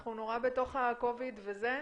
אנחנו נורא בתוך ה- 19-COVID וזה,